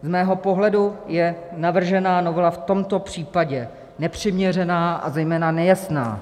Z mého pohledu je navržená novela v tomto případě nepřiměřená, a zejména nejasná.